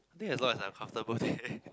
I think as long as I'm uncomfortable there